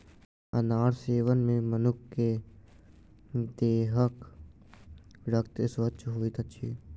अनार सेवन मे मनुख के देहक रक्त स्वच्छ होइत अछि